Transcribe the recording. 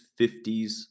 50s